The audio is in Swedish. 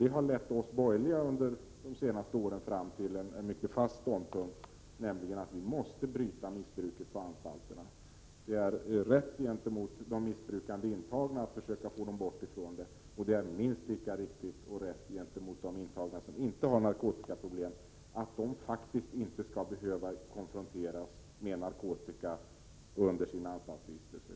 Det harlett oss borgerliga under de senaste åren fram till en mycket fast ståndpunkt, nämligen att vi måste bryta missbruket på anstalterna. Det är rätt gentemot de missbrukande intagna att försöka få dem bort från missbruket, och det är minst lika viktigt och rätt gentemot de intagna som inte har narkotikaproblem att de faktiskt inte skall behöva konfronteras med narkotika under sin anstaltsvistelse.